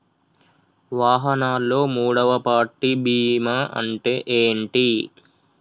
వాహనాల్లో మూడవ పార్టీ బీమా అంటే ఏంటి?